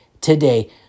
today